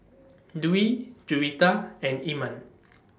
Dwi Juwita and Iman